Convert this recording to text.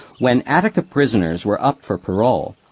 when attica prisoners were up for parole,